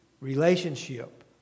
Relationship